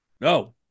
no